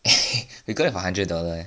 we got it for hundred dollar eh